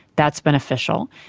that's beneficial.